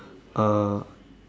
uh